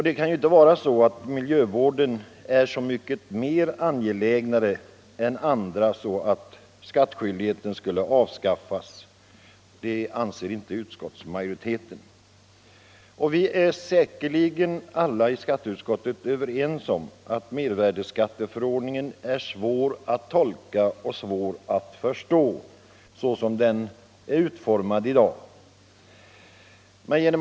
Det kan inte vara så att miljövården är så mycket mer angelägen än andra samhällsområden att miljötidskrifterna borde utgöra ett undantag. Det anser i varje fall inte utskottsmajoriteten. Alla ledamöter av skatteutskottet är säkerligen överens om att mervärdeskatteförordningen är svår att tolka, såsom den i dag är utformad.